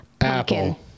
Apple